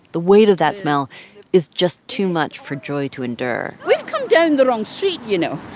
the weight of that smell is just too much for joy to endure we've come down the wrong street, you know.